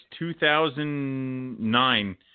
2009